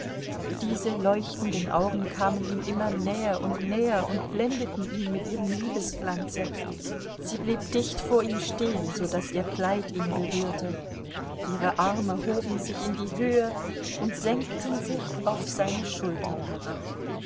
diese leuchtenden augen kamen ihm immer näher und näher und blendeten ihn mit ihrem liebesglanze sie blieb dicht vor ihm stehen so daß ihr kleid ihn berührte ihre arme hoben sich in die höhe und senkten sich auf seine schultern herab